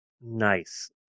Nice